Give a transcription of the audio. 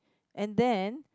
and then